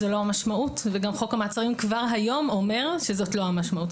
זה לא המשמעות וגם חוק המעצרים כבר היום אומר שזאת לא המשמעות.